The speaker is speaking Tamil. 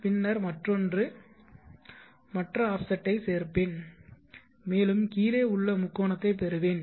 பின்னர் மற்றொன்றுக்கு மற்ற ஆஃப்செட்டைச் சேர்ப்பேன் மேலும் கீழே உள்ள முக்கோணத்தைப் பெறுவேன்